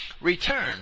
return